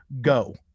go